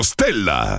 Stella